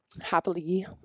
happily